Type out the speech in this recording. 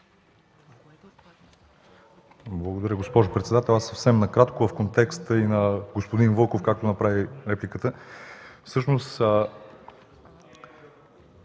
Благодаря, госпожо председател. Аз съвсем накратко, в контекста и на господин Вълков, както направи репликата.